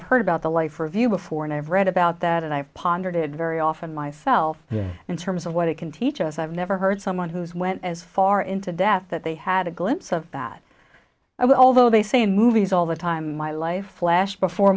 i've heard about the life review before and i've read about that and i've pondered it very often myself in terms of what it can teach us i've never heard someone who's went as far into death that they had a glimpse of that i was although they say in movies all the time my life flashed before